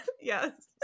Yes